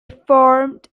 formed